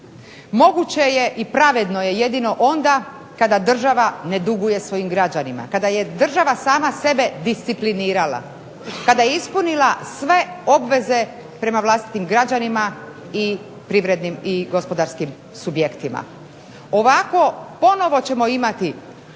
moguće je i pravedno je jedino onda kada država ne duguje svojim građanima, kada je sama sebe disciplinirala i kada je ispunila sve obveze prema građanima i gospodarskim subjektima. Ovako ponovno ćemo imati